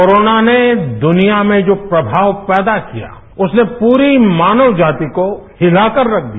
corona ने दनिया में जो प्रमाव पैदा किया उसने पूरी मानव जाति को हिलाकर रख दिया